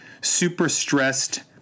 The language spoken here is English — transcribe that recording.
super-stressed